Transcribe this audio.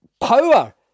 power